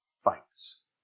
Fights